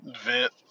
vent